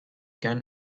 can